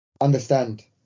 understand